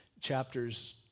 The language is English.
chapters